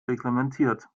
reglementiert